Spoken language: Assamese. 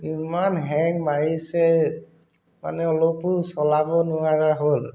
ইমান হেং মাৰিছে মানে অলপো চলাব নোৱাৰা হ'ল